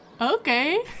okay